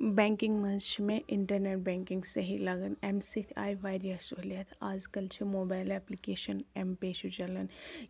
banking منٛز چھِ مےٚ اِنٹَرنٮ۪ٹ بٮ۪نٛکِنٛگ صحیح لَگان اَمہِ سۭتۍ آیہِ واریاہ سہوٗلیت آز کَل چھِ موبایل ایپلِکیشَن ایم پے چھُ چَلان